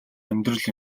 амьдрал